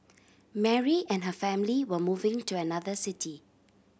Mary and her family were moving to another city